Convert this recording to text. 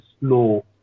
slow